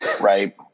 Right